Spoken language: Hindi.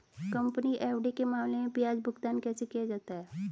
कंपनी एफ.डी के मामले में ब्याज भुगतान कैसे किया जाता है?